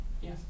Yes